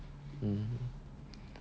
mm